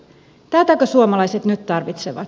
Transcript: tätäkö suomalai set nyt tarvitsevat